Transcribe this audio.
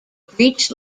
breech